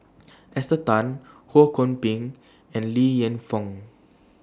Esther Tan Ho Kwon Ping and Li Lienfung